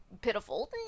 pitiful